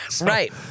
Right